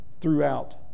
throughout